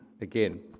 again